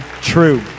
true